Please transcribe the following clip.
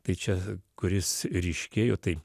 tai čia kuris ryškėjo tai